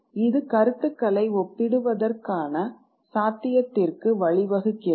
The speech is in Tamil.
இது கருத்துக்களை ஒப்பிடுவதற்கான சாத்தியத்திற்கு வழிவகுக்கிறது